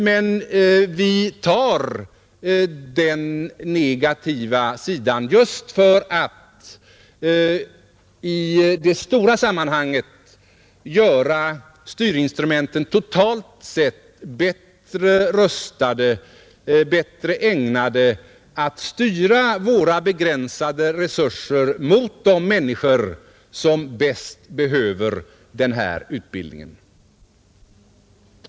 Men vi accepterar den negativa sidan just för att i det stora sammanhanget kunna göra styrinstrumenten totalt sett bättre, för att vi skall kunna styra våra begränsade resurser mot de människor som bäst behöver den här utbildningen.